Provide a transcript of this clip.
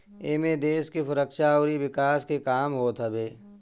एमे देस के सुरक्षा अउरी विकास के काम होत हवे